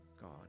God